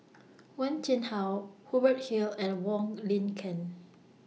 Wen Jinhua Hubert Hill and Wong Lin Ken